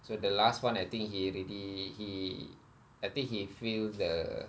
so the last one I think he already he I think he feel the